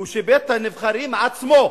שבית-הנבחרים עצמו,